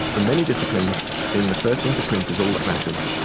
in many disciplines, being the first into print is all that matters,